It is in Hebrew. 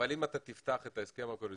ואז רואים את המכתב שהוא שלח לסבך הרב הרצוג.